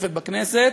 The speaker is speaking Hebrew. בכנסת: